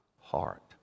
heart